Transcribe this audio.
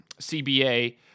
CBA